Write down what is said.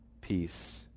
Peace